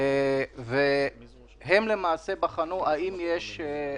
זה מוצר פשוט?